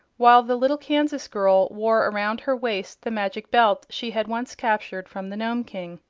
while the little kansas girl wore around her waist the magic belt she had once captured from the nome king.